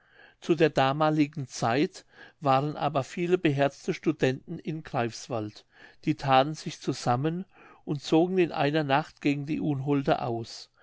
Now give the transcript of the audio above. zu der damaligen zeit waren aber viele beherzte studenten in greifswald die thaten sich zusammen und zogen in einer nacht gegen die unholde aus